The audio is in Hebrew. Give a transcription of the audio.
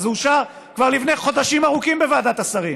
זה אושר כבר לפני חודשים ארוכים בוועדת השרים,